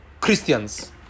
Christians